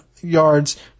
yards